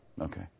Okay